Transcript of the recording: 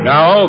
Now